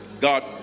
God